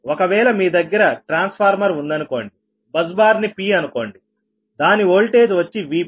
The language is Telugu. ఒకవేళ మీ దగ్గర ట్రాన్స్ఫార్మర్ ఉందనుకోండి బస్ బార్ ని p అనుకోండి దాన్ని ఓల్టేజ్ వచ్చి Vp